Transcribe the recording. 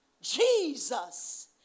Jesus